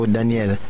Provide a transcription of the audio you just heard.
Daniel